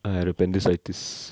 I had appendicitis